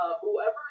whoever